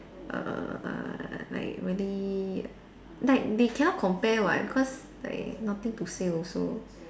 err like really like they cannot compare [what] because like nothing to say also